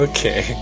Okay